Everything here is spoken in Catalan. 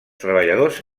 treballadors